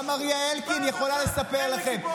גם מריה אלקין יכולה לספר לכם.